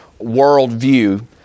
Worldview